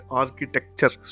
architecture